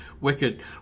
wicked